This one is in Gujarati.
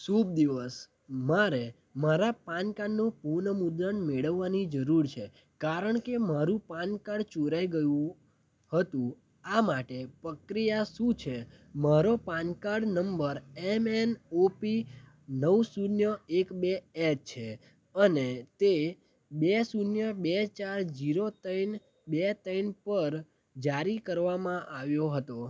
શુભ દિવસ મારે મારા પાન કાર્ડનું પુન મુદ્રણ મેળવવાની જરૂર છે કારણ કે મારું પાન કાર્ડ ચોરાઇ ગયું હતું આ માટે પ્રક્રિયા શું છે મારો પાન કાર્ડ નંબર એમએનઓપી નવ શૂન્ય એક બે એચ છે અને તે બે શૂન્ય બે ચાર ઝીરો ત્રણ બે ત્રણ પર જારી કરવામાં આવ્યો હતો